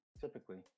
typically